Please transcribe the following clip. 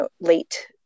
late